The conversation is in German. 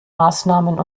maßnahmen